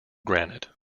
granite